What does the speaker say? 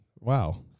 Wow